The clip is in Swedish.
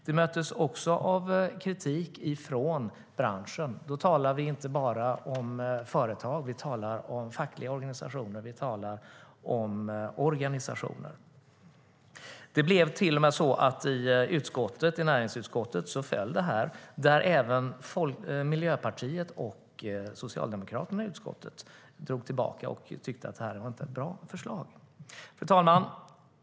Det möttes också av kritik från branschen. Då talar vi inte bara om företag. Vi talar om fackliga organisationer. Vi talar om organisationer. Till och med i näringsutskottet föll det här. Även Miljöpartiet och Socialdemokraterna i utskottet drog tillbaka detta. De tyckte inte att det var ett bra förslag. Fru talman!